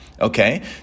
okay